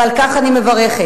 ועל כך אני מברכת.